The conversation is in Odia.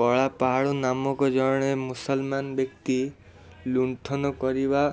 କଳାପାହାଡ଼ ନାମକ ଜଣେ ମୁସଲମାନ୍ ବ୍ୟକ୍ତି ଲୁଣ୍ଠନ କରିବା